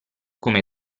come